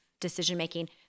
decision-making